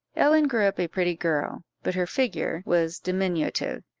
ellen grew up a pretty girl, but her figure was diminutive,